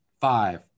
five